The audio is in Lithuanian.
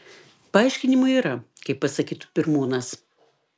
paaiškinimų yra kaip pasakytų pirmūnas